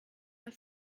der